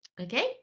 Okay